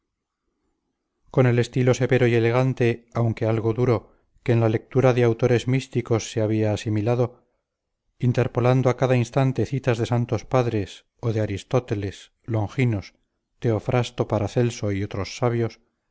con el estilo severo y elegante aunque algo duro que en la lectura de autores místicos se había asimilado interpolando a cada instante citas de santos padres o de aristóteles longinos teofrasto paracelso y otros sabios